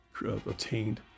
obtained